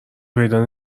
پیدا